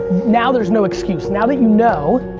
now there's no excuse. now that you know,